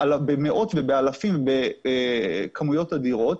הכול במאות ובאלפים ובכמויות אדירות,